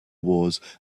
wars